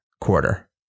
quarter